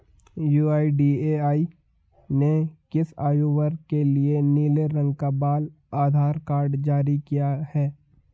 UIDAI ने किस आयु वर्ग के लिए नीले रंग का बाल आधार कार्ड जारी किया है?